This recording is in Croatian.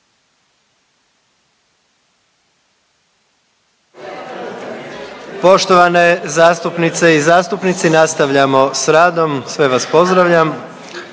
Poštovane zastupnice i zastupnici, nastavljamo sa radom. Sve vas pozdravljam.